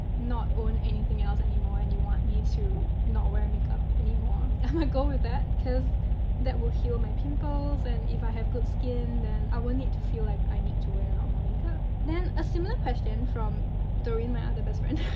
not own anything else anymore and you want me to not wear makeup anymore, i'm gonna go with that because that will heal my pimples and if i have good skin then i won't need to feel like i need to wear a lot more makeup. then a similar question from doreen, my other best friend